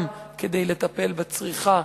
גם כדי לטפל בצריכה